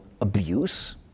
abuse